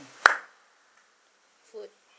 food